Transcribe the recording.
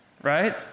right